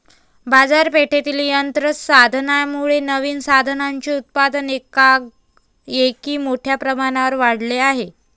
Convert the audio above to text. बाजारपेठेतील यंत्र साधनांमुळे नवीन साधनांचे उत्पादन एकाएकी मोठ्या प्रमाणावर वाढले आहे